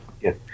Yes